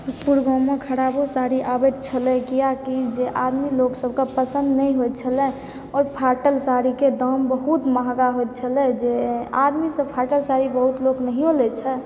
सुखपुर गाँवमे खराबो साड़ी आबैत छलय किआकि जे आदमी लोकसभके पसन्द नहि होयत छलय ओहि फाटल साड़ीके दाम बहुत महग होयत छलय जे आदमीसभ फाटल साड़ी बहुत लोग नहिओ लैत छै